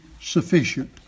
sufficient